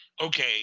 Okay